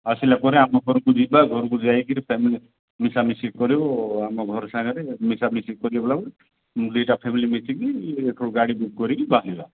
ଆସିଲାପରେ ଆମ ଘରକୁ ଯିବା ଘରକୁ ଯାଇକିରି ଫ୍ୟାମିଲି ମିଶାମିଶି କରିବୁ ଆମ ଘର ସାଙ୍ଗରେ ମିଶାମିଶି କରିଲାବେଲୁ ଦୁଇଟା ଫ୍ୟାମିଲି ମିଶିକି ଏଇଠୁ ଗାଡ଼ି ବୁକ୍ କରିକି ବାହାରିବା